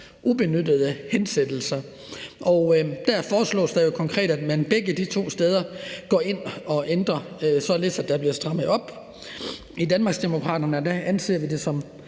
ubenyttede hensættelser. Der foreslås det jo konkret, at man begge de to steder går ind og ændrer det, således at der bliver strammet op. I Danmarksdemokraterne anser vi det som